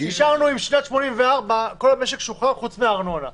נשארנו עם זה משנת 1984. כל המשק שוחרר חוץ מהארנונה.